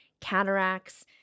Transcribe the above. cataracts